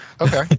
Okay